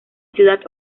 ciudad